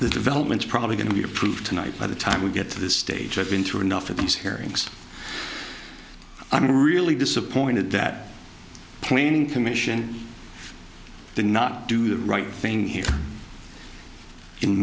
the developments probably going to be approved tonight by the time we get to this stage i've been through enough of these hearings i'm really disappointed that planning commission did not do the right thing here in